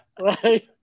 right